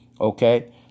Okay